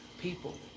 people